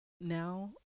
now